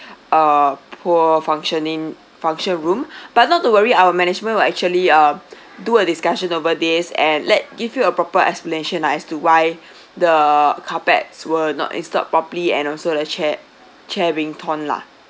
uh poor functioning function room but not to worry our management will actually uh do a discussion over days and let give you a proper explanation lah as to why the carpets were not installed properly and also the chair chair being torn lah